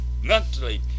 mentally